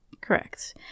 Correct